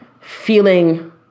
feeling